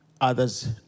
Others